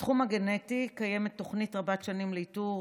בתחום הגנטי קיימת תוכנית רבת שנים לאיתור